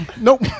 Nope